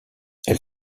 elle